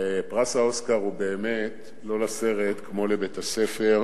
פרס האוסקר הוא באמת לא לסרט כמו לבית-הספר,